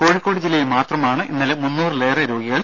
കോഴിക്കോട് ജില്ലയിൽ മാത്രമാണ് ഇന്നലെ മുന്നൂറിലേറെ രോഗികൾ